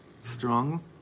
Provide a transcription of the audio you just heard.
strong